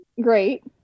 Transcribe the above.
great